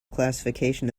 classification